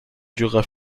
durera